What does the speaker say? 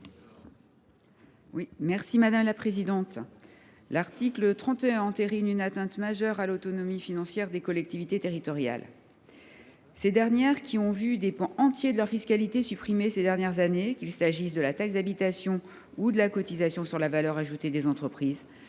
sur l’article. L’article 31 entérine une atteinte majeure à l’autonomie financière des collectivités territoriales. Après avoir vu des pans entiers de leur fiscalité supprimés ces dernières années, qu’il s’agisse de la taxe d’habitation ou de la cotisation sur la valeur ajoutée des entreprises,